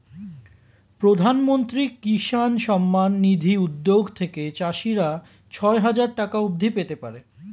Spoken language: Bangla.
প্রধানমন্ত্রী কিষান সম্মান নিধি উদ্যোগ থেকে চাষিরা ছয় হাজার টাকা অবধি পেতে পারে